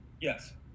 Yes